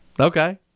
Okay